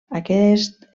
aquest